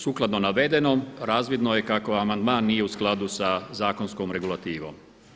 Sukladno navedenom razvidno je kako amandman nije u skladu sa zakonskom regulativom.